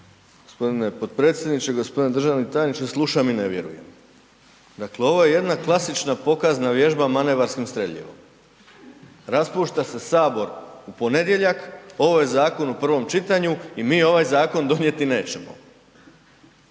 G. potpredsjedniče. G. državni tajniče, slušam i ne vjerujem. Dakle ovo je jedna klasična pokazna vježba manevarskim streljivom. Raspušta se Sabor u ponedjeljak, ovo je zakon u prvom čitanju i mi ovaj zakon donijeti nećemo.